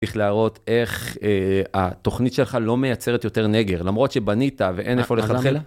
צריך להראות איך התוכנית שלך לא מייצרת יותר נגר, למרות שבנית ואין איפה לחלחל.